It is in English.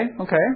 okay